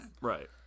Right